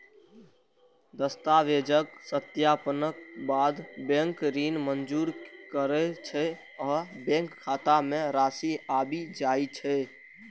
दस्तावेजक सत्यापनक बाद बैंक ऋण मंजूर करै छै आ बैंक खाता मे राशि आबि जाइ छै